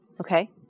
Okay